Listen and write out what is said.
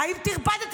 האם טרפדת?